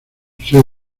ser